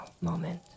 moment